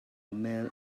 male